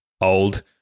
old